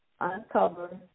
uncover